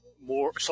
more